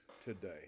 today